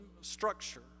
structure